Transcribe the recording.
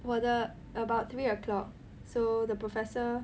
我的 about three o'clock so the professor